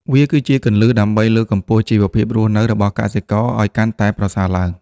វាគឺជាគន្លឹះដើម្បីលើកកម្ពស់ជីវភាពរស់នៅរបស់កសិករឱ្យកាន់តែប្រសើរឡើង។